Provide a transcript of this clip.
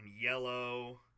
yellow